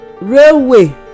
railway